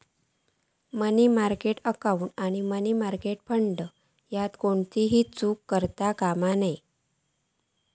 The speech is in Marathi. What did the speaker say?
मनी मार्केट अकाउंट आणि मनी मार्केट फंड यात गल्लत करता कामा नये